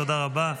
תודה רבה.